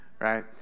right